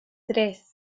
tres